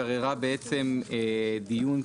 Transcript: לאחר התיבה בתנאים שהמועצה תפרט בהוראתה,